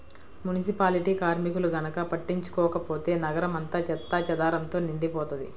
municipality కార్మికులు గనక పట్టించుకోకపోతే నగరం అంతా చెత్తాచెదారంతో నిండిపోతది